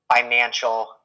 financial